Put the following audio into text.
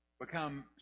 become